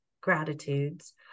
gratitudes